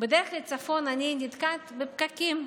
בדרך לצפון אני נתקעת בפקקים.